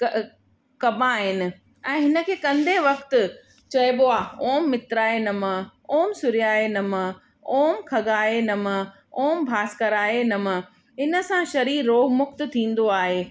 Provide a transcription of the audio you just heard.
क कबा आहिनि ऐं हिन खे कंदे वक़्त चइबो आहे ओम मित्राय नमह ओम सूर्याय नमह ओम खगाय नमह ओम भास्कराए नमह इन सां शरीर रोगु मुक्त थींदो आहे